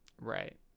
Right